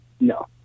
No